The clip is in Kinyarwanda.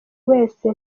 wese